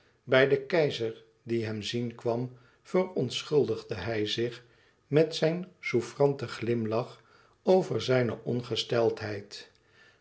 bij den keizer die hem zien kwam verontschuldigde hij zich met zijn souffranten glimlach over zijne ongesteldheid